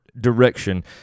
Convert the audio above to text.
direction